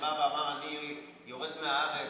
שבא ואמר: אני יורד מהארץ?